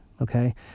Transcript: okay